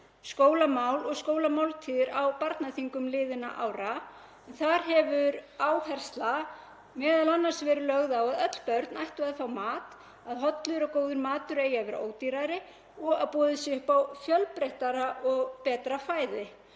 skólamál og skólamáltíðir á barnaþingum liðinna ára. Þar hefur áhersla m.a. verið lögð á að öll börn ættu að fá mat, að hollur og góður matur eigi að vera ódýrari og að boðið sé upp á fjölbreyttara og betra fæði.